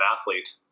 athlete